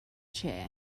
chair